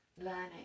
learning